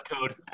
Code